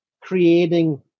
creating